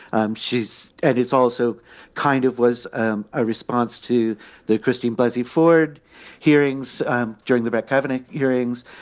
and she's at it's also kind of was a ah response to the christine buzzi ford hearings during the bet cabinet hearings.